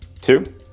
two